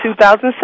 2007